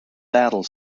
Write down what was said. battle